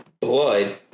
blood